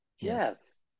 Yes